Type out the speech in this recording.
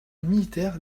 militaire